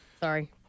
Sorry